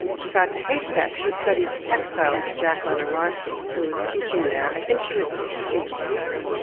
got to haystack, she studied textiles with jack lenor larson, who was teaching there. i think she was his teaching assistant,